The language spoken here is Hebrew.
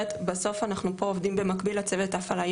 עובדים פה במקביל לצוות ההפעלה,